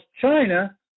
china